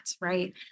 right